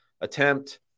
attempt